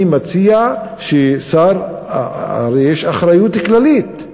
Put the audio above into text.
אני מציע ששר, הרי יש אחריות כללית.